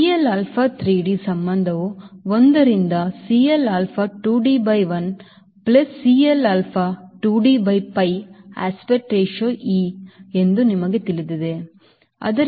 CL alpha 3d ಸಂಬಂಧವು 1 ರಿಂದ Cl alpha 2d by 1 plus Cl alpha 2d by pi aspect ratio e ಎಂದು ನಿಮಗೆ ತಿಳಿದಿದೆ